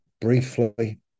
briefly